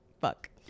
fuck